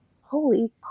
holy